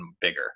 bigger